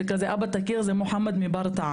זה כזה אבא תכיר זה מוחמד מברתעה,